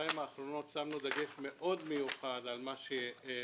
בשנתיים האחרונות שמנו דגש מאוד מיוחד על מה שמתרחש